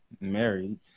married